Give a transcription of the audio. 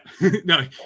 No